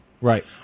Right